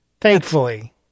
thankfully